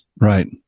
Right